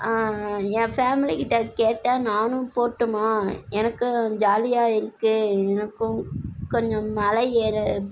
என் family கிட்ட கேட்டேன் நானும் போகட்டுமா எனக்கும் ஜாலியாருக்கு எனக்கும் கொஞ்சம் மலை ஏற